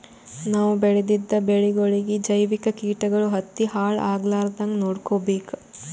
ನಾವ್ ಬೆಳೆದಿದ್ದ ಬೆಳಿಗೊಳಿಗಿ ಜೈವಿಕ್ ಕೀಟಗಳು ಹತ್ತಿ ಹಾಳ್ ಆಗಲಾರದಂಗ್ ನೊಡ್ಕೊಬೇಕ್